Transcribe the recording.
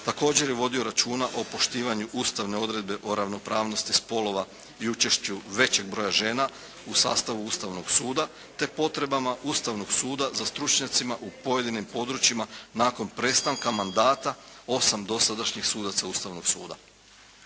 Također je vodio računa o poštivanju ustavne odredbe o ravnopravnosti spolova i učešću većeg broja žena u sastavu Ustavnog suda te potrebama Ustavnog suda za stručnjacima u pojedinim područjima nakon prestanka mandata osam dosadašnjih sudaca Ustavnog suda.